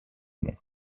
monde